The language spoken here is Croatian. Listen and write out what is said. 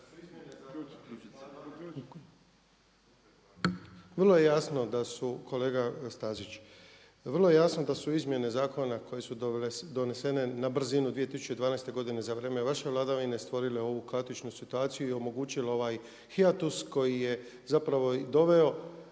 Vrlo je jasno da su, kolega Stazić vrlo je jasno da su izmjene zakona koje su donesene na brzinu 2012. godine za vrijeme vaše vladavine stvorile ovu klasičnu situaciju i omogućile ovaj hijatus koji je zapravo doveo